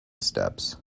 steps